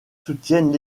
soutiennent